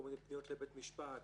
פניות לבית משפט